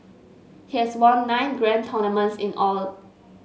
he has won nine grand tournaments in all